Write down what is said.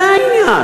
זה העניין.